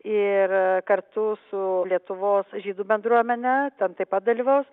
ir kartu su lietuvos žydų bendruomene ten taip pat dalyvaus